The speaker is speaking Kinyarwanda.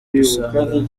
dusanga